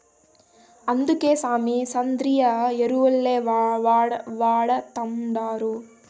అందుకే సామీ, సేంద్రియ ఎరువుల్నే వాడతండాను